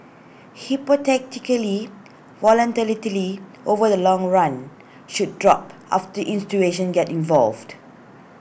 hypothetically volatility over the long run should drop after institutions get involved